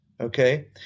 Okay